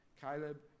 Caleb